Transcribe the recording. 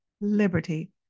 liberty